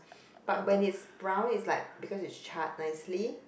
but when it's brown it's like because it's charred nicely